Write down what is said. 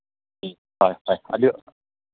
ꯎꯝ ꯍꯣꯏ ꯍꯣꯏ ꯑꯗꯨ